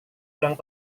ulang